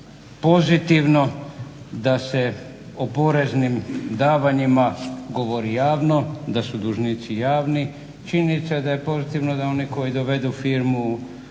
pozitivno da se o poreznim davanjima govori javno, da su dužnici javni. Činjenica je da je pozitivno da oni koji dovedu firmu